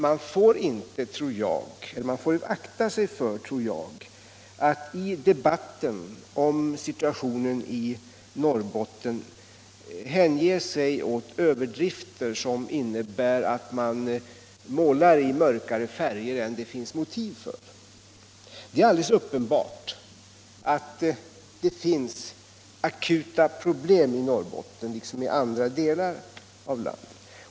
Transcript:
Jag tror att man får akta sig för att i debatten om situationen i Norrbotten hänge sig åt överdrifter, som innebär att man målar i mörkare färger än vad som är motiverat. Det är alldeles uppenbart att det finns akuta problem i Norrbotten liksom i andra delar av landet.